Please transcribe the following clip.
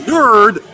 Nerd